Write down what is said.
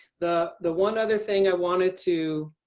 the the one other thing i wanted to